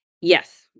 Yes